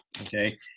okay